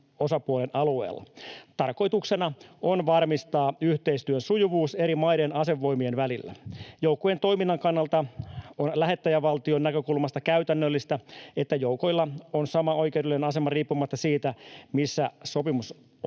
sopimusosapuolen alueella. Tarkoituksena on varmistaa yhteistyön sujuvuus eri maiden asevoimien välillä. Joukkojen toiminnan kannalta on lähettäjävaltion näkökulmasta käytännöllistä, että joukoilla on sama oikeudellinen asema riippumatta siitä, missä sopimusvaltiossa